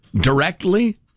directly